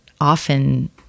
often